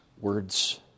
words